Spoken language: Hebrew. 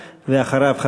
ואחריו,